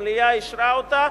והמליאה אישרה אותה,